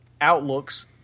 outlooks